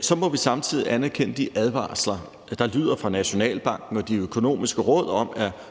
så må vi samtidig anerkende de advarsler, der lyder fra Nationalbanken og De Økonomiske Råd om